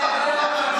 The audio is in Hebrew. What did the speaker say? שלנו.